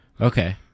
Okay